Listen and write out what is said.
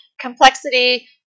Complexity